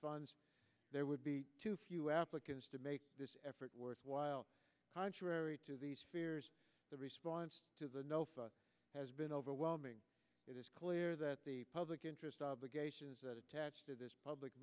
funds there would be too few applicants to make this effort worthwhile contrary to these fears the response to the no fuss has been overwhelming it is clear that the public interest obligations attached to this public